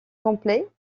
complet